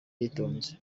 yitonze